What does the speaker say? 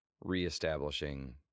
reestablishing